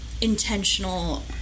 intentional